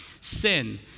Sin